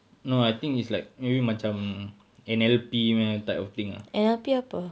no I think it's like maybe macam N_L_P punya type of thing uh